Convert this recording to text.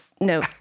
no